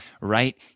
right